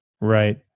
Right